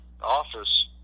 office